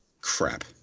crap